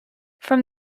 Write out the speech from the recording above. from